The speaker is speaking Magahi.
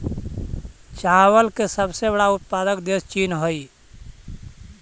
चावल के सबसे बड़ा उत्पादक देश चीन हइ